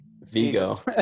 Vigo